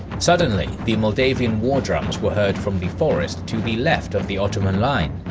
suddenly, the moldavian war drums were heard from the forest to the left of the ottoman line.